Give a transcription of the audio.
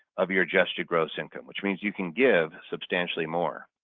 of your adjusted gross income. which means you can give substantially more.